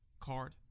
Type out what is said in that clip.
card